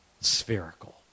spherical